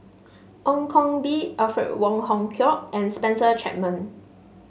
Ong Koh Bee Alfred Wong Hong Kwok and Spencer Chapman